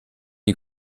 die